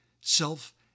self